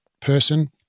person